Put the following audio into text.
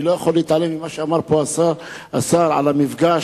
אני לא יכול להתעלם ממה שאמר פה השר על המפגש,